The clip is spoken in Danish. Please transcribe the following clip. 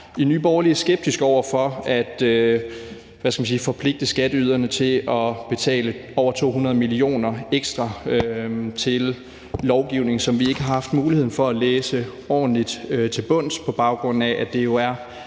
over for – hvad skal man sige – at forpligte skatteyderne til at betale over 200 mio. kr. ekstra til en lovgivning, som vi ikke har haft muligheden for at læse ordentligt til bunds, på baggrund af at det jo er